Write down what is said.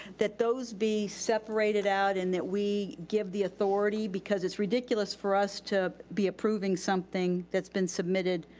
that those be separated out and that we give the authority because it's ridiculous for us to be approving something that's been submitted